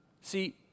See